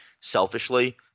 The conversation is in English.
selfishly